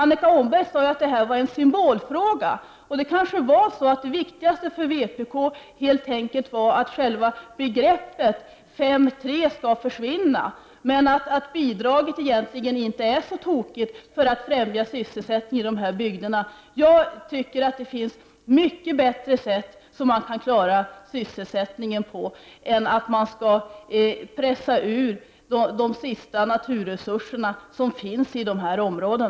Annika Åhnberg sade att detta var en symbolfråga. Det viktigaste för vpk är kanske att själva begreppet 5 § 3-bidraget skall försvinna, men att bidraget egentligen inte är så tokigt för att främja sysselsättningen i dessa bygder. Jag tycker att det finns mycket bättre sätt att klara sysselsättningen än att man skall pressa ur de sista naturresurser som finns i dessa områden.